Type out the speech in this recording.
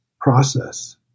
process